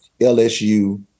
LSU